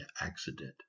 accident